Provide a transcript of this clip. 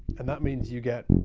and that means you get and